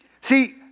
See